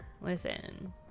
Listen